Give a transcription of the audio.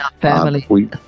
Family